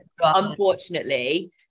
Unfortunately